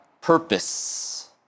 purpose